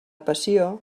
passió